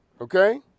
Okay